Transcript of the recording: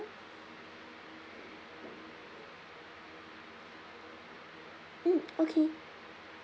mm okay